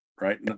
right